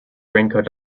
raincoat